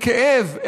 בכאב,